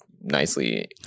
nicely